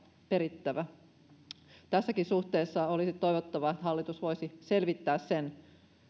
perittävä tässäkin suhteessa olisi toivottavaa että hallitus voisi selvittää sen